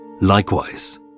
Likewise